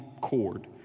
cord